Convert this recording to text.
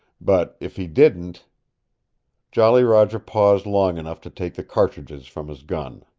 but, if he didn't jolly roger paused long enough to take the cartridges from his gun.